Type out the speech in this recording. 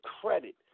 credit